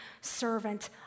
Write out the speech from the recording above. servant